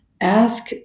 Ask